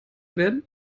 werden